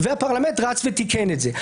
והפרלמנט רץ ותיקן את זה.